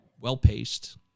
well-paced